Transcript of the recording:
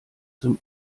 zum